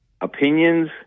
opinions